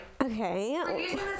okay